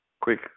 quick